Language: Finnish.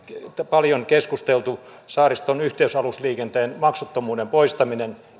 paljon keskusteltu koski saariston yhteysalusliikenteen maksuttomuuden poistamista